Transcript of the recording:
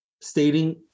stating